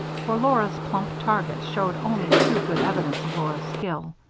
for laura's plump target showed only too good evidence of laura's skill.